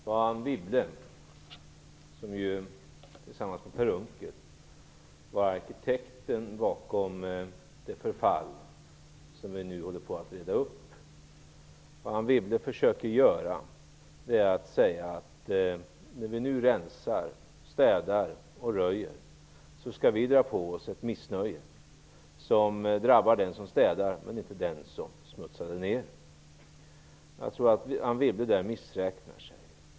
Fru talman! Det var Anne Wibble som tillsammans med Per Unckel var arkitekterna bakom det förfall som vi nu håller på att reda ut. Vad Anne Wibble försöker säga är att vi, nu när vi rensar, städar och röjer, skall dra på oss ett missnöje som drabbar den som städar men inte den som smutsade ned. Jag tror att Anne Wibble därmed gör en missräkning.